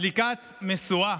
מדליקת משואה,